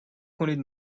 کنید